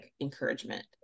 encouragement